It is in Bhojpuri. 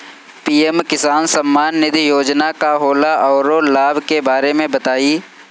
पी.एम किसान सम्मान निधि योजना का होला औरो लाभ के बारे में बताई?